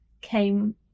came